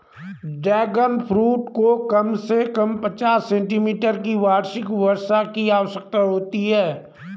dragon fruit को कम से कम पचास सेंटीमीटर की वार्षिक वर्षा की आवश्यकता होती है